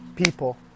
people